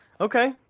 Okay